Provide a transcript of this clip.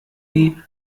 die